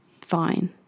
fine